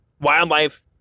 wildlife